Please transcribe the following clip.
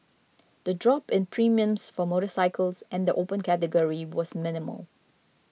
the drop in premiums for motorcycles and the Open Category was minimal